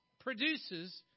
produces